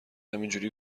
همینجوری